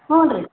ಹ್ಞೂ ರೀ